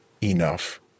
enough